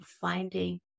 finding